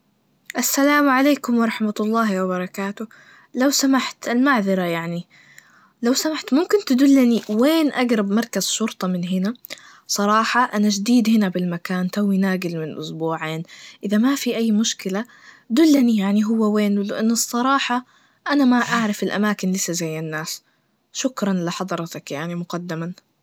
السلام عليكم ورحمة الله وبركاته, لو سمحت, المعذرة يعني, لو سمحت, ممكن تدلني وين اجرب مركز شرطة من هنا؟ صراحة أنا جديد هنا بالمكان توي ناجل من أسبوعين, إذا ما في أي مشكلة, دلني يعني هوا وين؟ لأن الصراحة أنا ما أعرف الأماكن لسه زي الناس, شكراً لحضرتك يعني مقدماً.